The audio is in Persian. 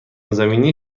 زمینی